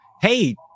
Hey